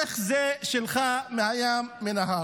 איך זה שלך מהים לנהר?